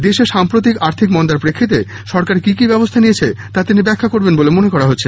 দেশে সাম্প্রতিক আর্থিক মন্দার প্রক্ষিতে সরকার কি কি ব্যবস্থা নিয়েছে তা তিনি ব্যাখ্যা করবেন বলে মনে করা হচ্ছে